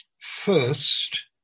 first